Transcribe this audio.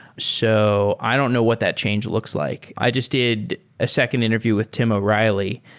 so i don't know what that change looks like. i just did a second interview with tim o'reilly,